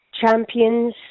champions